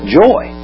joy